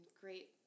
great